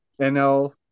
NL